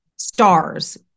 Stars